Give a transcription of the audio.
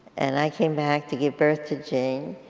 and i came back to give birth to jane.